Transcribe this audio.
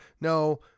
No